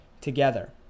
together